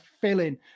filling